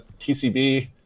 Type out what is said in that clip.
TCB